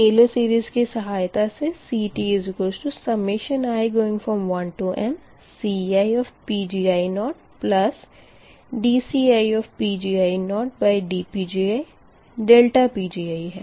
Taylor's series की सहायता से CTi1mCiPgi0dCiPgi0dPgiPgi है